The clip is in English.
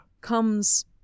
comes